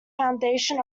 foundation